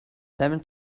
lemon